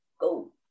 go